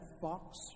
fox